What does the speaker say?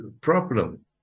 problem